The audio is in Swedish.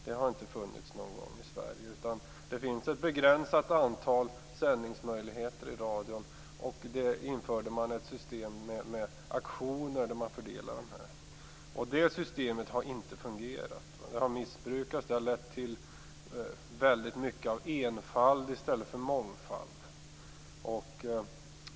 Det har inte funnits någon gång Sverige. Det finns ett begränsat antal sändningsmöjligheter i radion. Man införde ett system med auktioner för att fördela dem. Det systemet har inte fungerat. Det har missbrukats, det har lett till väldigt mycket av enfald i stället för mångfald.